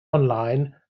online